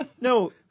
No